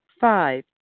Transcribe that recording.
Five